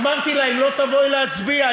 אמרתי לה: אם לא, תבואי להצבעה.